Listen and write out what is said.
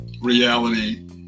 Reality